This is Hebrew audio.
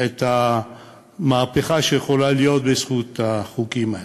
את המהפכה שיכולה להיות בזכות החוקים האלה.